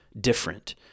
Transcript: different